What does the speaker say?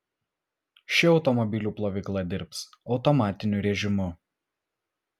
ši automobilių plovykla dirbs automatiniu rėžimu